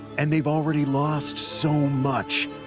and they've already lost so much,